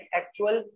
actual